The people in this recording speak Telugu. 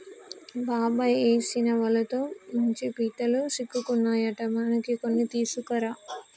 బాబాయ్ ఏసిన వలతో మంచి పీతలు సిక్కుకున్నాయట మనకి కొన్ని తీసుకురా